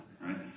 right